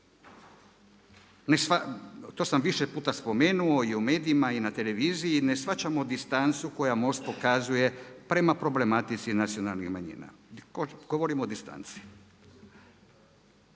To sam više puta spomenuo i u medijima i na televiziji. Ne shvaćamo distancu koju MOST pokazuje prema problematici nacionalnih manjina. Govorim o distanci.